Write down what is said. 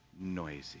noisy